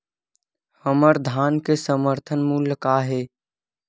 हमर धान के समर्थन मूल्य का हे?